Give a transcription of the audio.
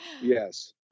yes